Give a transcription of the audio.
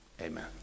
Amen